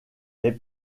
les